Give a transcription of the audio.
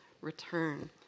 return